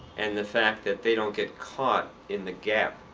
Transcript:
and the fact that they don't get caught in the gap.